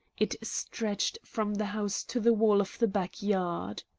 it stretched from the house to the wall of the back yard.